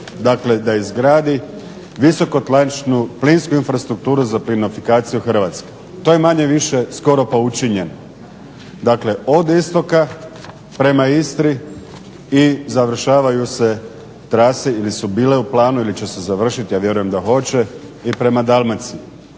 Dakle, da izgradi visokotlačnu plinsku infrastrukturu za plinifikaciju Hrvatske. To je manje-više skoro pa učinjeno. Dakle, od istoka prema Istri i završavaju se trase ili su bile u planu ili će se završiti. Ja vjerujem da hoće i prema Dalmaciji.